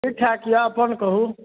ठीक ठाक यऽ अपन कहु